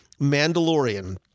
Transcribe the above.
Mandalorian